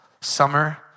summer